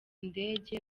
ndege